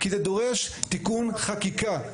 כי זה דורש תיקון חקיקה,